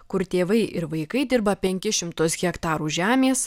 kur tėvai ir vaikai dirba penkis šimtus hektarų žemės